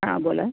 हां बोला